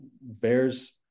bears